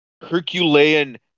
Herculean